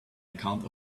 account